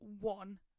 one